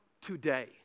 today